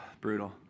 brutal